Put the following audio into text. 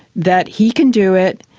that he can do it.